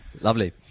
lovely